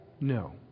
no